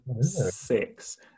six